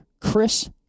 Chris